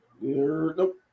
Nope